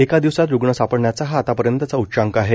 एका दिवसात रुग्ण सापडण्याचा हा आतापर्यंतचा उच्चांक आहे